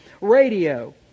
radio